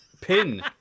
pin